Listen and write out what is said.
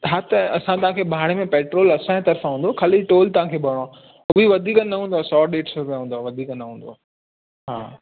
हा त असां तव्हांखे भाड़े में पेट्रोल असांजे तर्फ़ां हूंदो ख़ाली टोल तव्हांखे भरिणो आहे हो बि वधीक न हूंदो आहे सौ ॾेढि सौ रुपिया हूंदो वधीक न हूंदो आहे हा